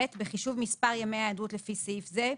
ב.בחישוב מספר ימי ההיעדרות לפי סעיף זה,